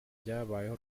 byabayeho